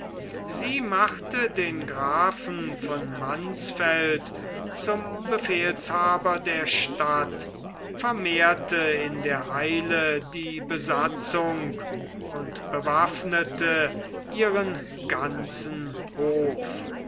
sie machte den grafen von mansfeld zum befehlshaber der stadt vermehrte in der eile die besatzung und bewaffnete ihren ganzen hof